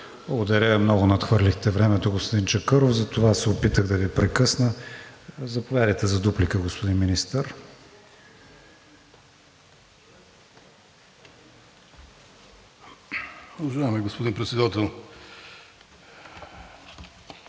Благодаря. Много надхвърлихте времето, господин Чакъров, затова се опитах да Ви прекъсна. Заповядайте за дуплика, господин Министър.